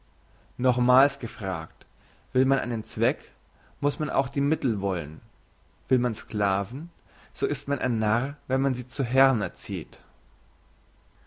nochmals gefragt will man einen zweck muss man auch die mittel wollen will man sklaven so ist man ein narr wenn man sie zu herrn erzieht